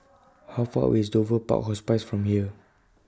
How Far away IS Dover Park Hospice from here